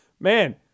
Man